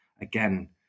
again